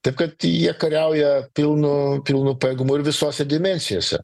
taip kad jie kariauja pilnu pilnu pajėgumu ir visose dimensijose